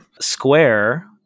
Square